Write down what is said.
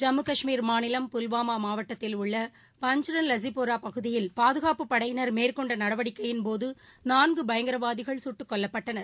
ஜம்மு கஷ்மீர் மாநிலம் புல்வாமாமாவட்டத்தில் உள்ள பஞ்சரன் லசிபோராபகுதியில் பாதுகாப்பு படையினர் மேற்கொண்டநடவடிக்கையின்போதுநான்குபயங்கரவாதிகள் சுட்டுக் கொல்லப்பட்டனர்